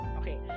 okay